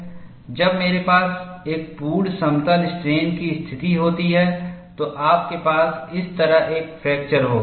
जब मेरे पास एक पूर्ण समतल स्ट्रेन की स्थिति होती है तो आपके पास इस तरह एक फ्रैक्चर होगा